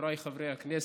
חבריי חברי הכנסת,